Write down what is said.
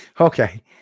okay